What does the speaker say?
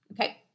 okay